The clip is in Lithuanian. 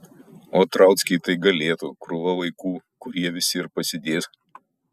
ot rauckiai tai galėtų krūva vaikų kur jie visi ir pasidės